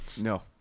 No